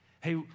Hey